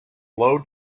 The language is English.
low